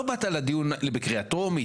לא באת לדיון בקריאה טרומית,